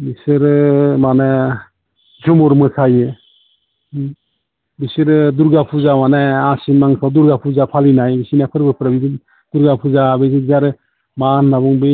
बिसोरो माने झुमुर मोसायो बिसोरो दुर्गा फुजा माने आसिन मासाव दुर्गा फुजा फालिनाय बिसोरनिया फोरबोफोर नुदों दुर्गा फुजा बेनिफ्राय आरो मा होनना बुङो बै